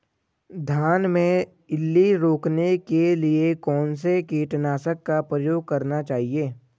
धान में इल्ली रोकने के लिए कौनसे कीटनाशक का प्रयोग करना चाहिए?